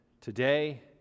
today